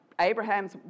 Abraham's